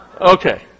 Okay